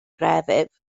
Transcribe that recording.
grefydd